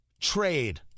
trade